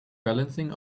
balancing